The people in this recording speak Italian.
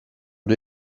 due